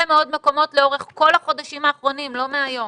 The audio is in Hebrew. מאוד מקומות לאורך כל החודשים האחרונים לא היום.